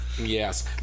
yes